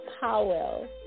Powell